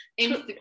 Instagram